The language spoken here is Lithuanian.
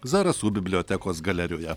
zarasų bibliotekos galerijoje